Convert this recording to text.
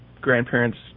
grandparents